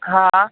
हा हा